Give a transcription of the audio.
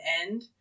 end